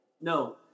No